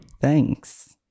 Thanks